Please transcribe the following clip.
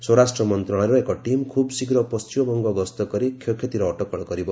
ସ୍ୱରାଷ୍ଟ୍ର ମନ୍ତ୍ରଶାଳୟର ଏକ ଟିମ୍ ଖୁବ୍ଶୀଘ୍ର ପଶ୍ଚିମବଙ୍ଗ ଗସ୍ତ କରି କ୍ଷୟକ୍ଷତିର ଅଟକଳ କରିବ